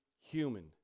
human